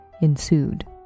ensued